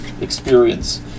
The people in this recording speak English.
experience